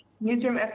Newsroom